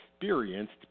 experienced